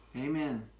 amen